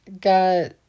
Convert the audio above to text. got